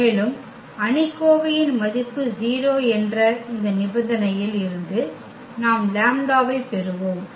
மேலும் அணிக்கோவை இன் மதிப்பு 0 என்ற இந்த நிபந்தனை இல் இருந்து நாம் லாம்ப்டாவைப் பெறுவோம்